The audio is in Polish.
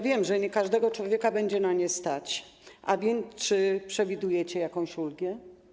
Wiem, że nie każdego człowieka będzie na to stać, a więc czy przewidujecie jakąś ulgę?